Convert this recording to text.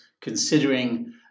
considering